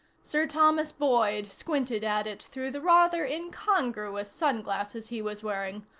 sir thomas boyd squinted at it through the rather incongruous sunglasses he was wearing,